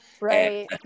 right